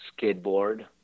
skateboard